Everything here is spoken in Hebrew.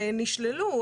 והם נשללו.